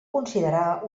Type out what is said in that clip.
considerar